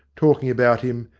talking about him,